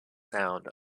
sound